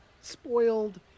spoiled